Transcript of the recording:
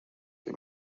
the